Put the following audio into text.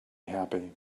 happy